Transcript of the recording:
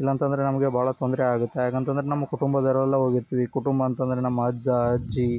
ಇಲ್ಲ ಅಂತಂದ್ರೆ ನಮಗೆ ಭಾಳ ತೊಂದರೆ ಆಗುತ್ತೆ ಯಾಕಂತ ಅಂದ್ರೆ ನಮ್ಮ ಕುಟುಂಬದವರೆಲ್ಲ ಹೋಗಿರ್ತೀವಿ ಕುಟುಂಬ ಅಂತ ಅಂದ್ರೆ ನಮ್ಮ ಅಜ್ಜ ಅಜ್ಜಿ